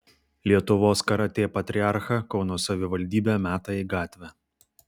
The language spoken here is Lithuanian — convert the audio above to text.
lietuvos karatė patriarchą kauno savivaldybė meta į gatvę